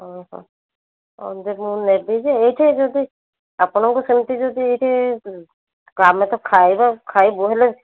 ଓ ହୋ ଓ ଦେଖ ମୁଁ ନେବି ଯେ ଏଇଠି ଯଦି ଆପଣଙ୍କୁ ସେମତି ଯଦି ଏଇଠି ଆମେ ତ ଖାଇବା ଖାଇବୁ ହେଲେ